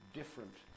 different